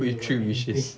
with three wishes